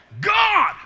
God